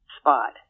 spot